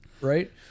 right